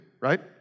right